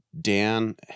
Dan